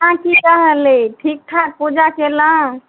केना की रहलइ ठीक ठाक पूजा कयलहुँ